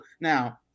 now